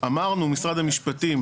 אמרנו משרד המשפטים